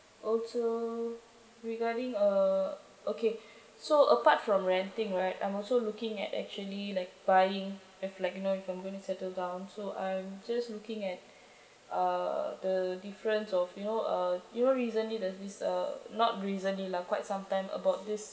also regarding uh okay so apart from renting right I'm also looking at actually like buying like you know I'm gonna settle down so I'm just looking at uh the difference of you know uh you know recently there's this uh not recently lah quite sometime about this